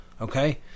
okay